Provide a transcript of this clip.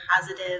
positive